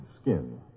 skin